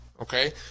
okay